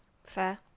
Fair